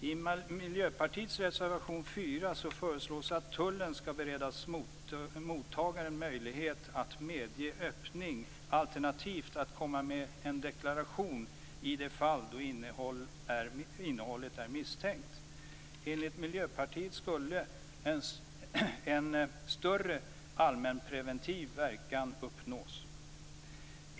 I Miljöpartiets reservation 4 föreslås att tullen skall bereda mottagaren möjlighet att medge öppning alternativt att komma in med en deklaration i de fall då innehållet i paketet är misstänkt. Enligt Miljöpartiet skulle en större allmänpreventiv verkan uppnås.